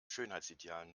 schönheitsidealen